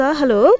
hello